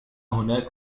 هناك